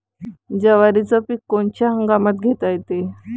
जवारीचं पीक कोनच्या हंगामात घेता येते?